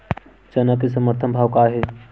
चना के समर्थन भाव का हे?